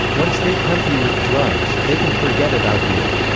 once they pump you with drugs, they can forget about you,